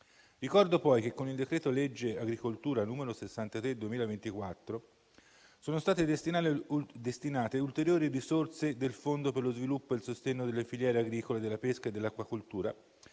Ricordo poi che con il decreto-legge agricoltura n. 63 del 2024 sono state destinate ulteriori risorse del Fondo per lo sviluppo e il sostegno delle filiere agricole, della pesca e dell'acquacoltura,